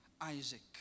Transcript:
Isaac